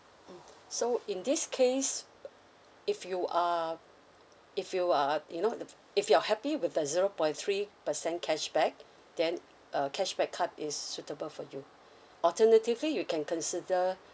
mm so in this case if you are if you are you know the if you are happy with the zero point three percent cashback then a cashback card is suitable for you alternatively you can consider